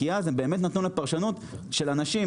כי אז זה באמת נתון לפרשנות של אנשים